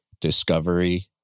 discovery